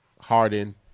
Harden